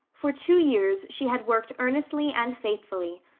for two years she had worked earnestly and faithfully,